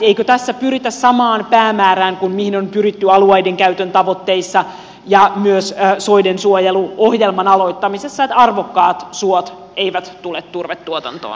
eikö tässä pyritä samaan päämäärään kuin mihin on pyritty alueidenkäytön tavoitteissa ja myös soiden suojeluohjelman aloittamisessa että arvokkaat suot eivät tule turvetuotantoon